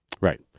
Right